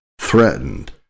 threatened